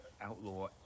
outlaw